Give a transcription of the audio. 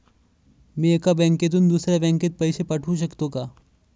मी एका बँकेतून दुसऱ्या बँकेत पैसे पाठवू शकतो का?